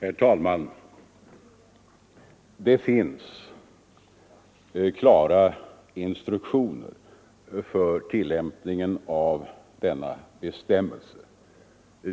Herr talman! Det finns klara instruktioner för tillämpningen av denna bestämmelse.